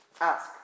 ask